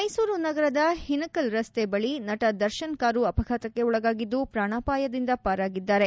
ಮೈಸೂರು ನಗರದ ಒನಕಲ್ ರಸ್ತೆ ಬಳಿ ನಟ ದರ್ಶನ್ ಕಾರು ಅಪಘಾತಕ್ಕೆ ಒಳಗಾಗಿದ್ದು ಪ್ರಾಣಾಪಾಯದಿಂದ ಪಾರಾಗಿದ್ದಾರೆ